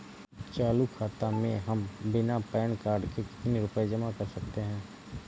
चालू खाता में हम बिना पैन कार्ड के कितनी रूपए जमा कर सकते हैं?